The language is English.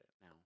now